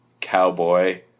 cowboy